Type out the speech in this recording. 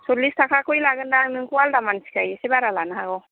सल्लिस थाखायै लागोनखोमा नोंखौ आलादा मानसिखाय एसे बारा लानो हागौ